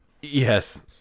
yes